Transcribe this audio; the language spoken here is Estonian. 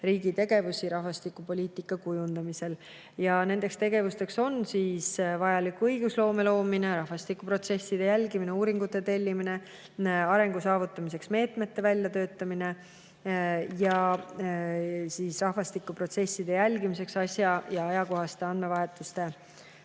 riigi tegevusi rahvastikupoliitika kujundamisel. Nendeks tegevusteks on vajalik õigusloome, rahvastikuprotsesside jälgimine, uuringute tellimine, arengu saavutamiseks meetmete väljatöötamine ja rahvastikuprotsesside jälgimiseks asja‑ ja ajakohaste andmete